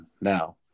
now